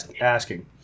asking